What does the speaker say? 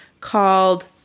called –